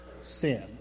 sin